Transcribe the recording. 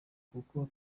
kuko